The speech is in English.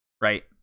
right